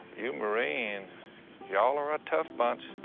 you marines y'all are a tough bunch.